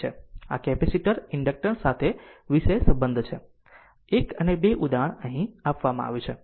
તેથી આ capacitor inductors સાથે વિષય બંધ છે 1 અને 2 ઉદાહરણ અહીં આપવામાં આવ્યું છે